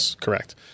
Correct